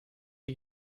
you